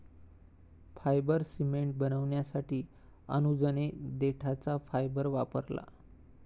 fibre cement बनवण्यासाठी अनुजने देठाचा फायबर वापरला